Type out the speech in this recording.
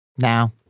Now